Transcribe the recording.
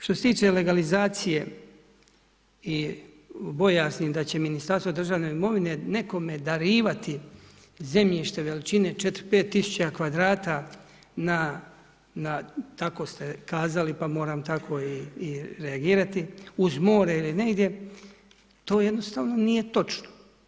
Što se tiče legalizacije i bojazni da će Ministarstvo državne imovine nekome darivati zemljište veličine 4, 5 tisuća kvadrata na, tako ste kazali pa moram tako i reagirati, uz more ili negdje, to jednostavno nije točno.